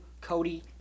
Cody